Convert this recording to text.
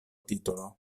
titolo